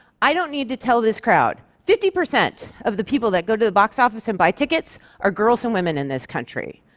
i don't need to tell this crowd fifty percent of the people that go to the box office and buy tickets are girls and women in this country.